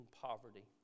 poverty